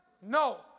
No